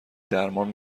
درمان